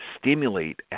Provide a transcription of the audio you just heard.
stimulate